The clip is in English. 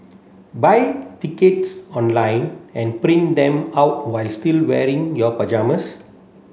buy tickets online and print them out while still wearing your pyjamas